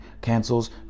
cancels